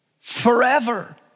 forever